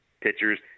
pitchers